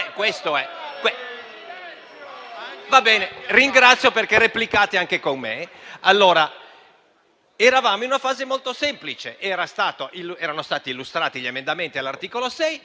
Eravamo in una fase molto semplice: erano stati illustrati gli emendamenti all'articolo 6,